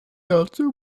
also